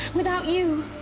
without you?